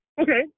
Okay